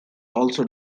also